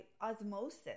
osmosis